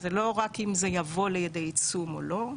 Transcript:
זה לא רק אם זה יבוא לידי יישום או לא.